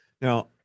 Now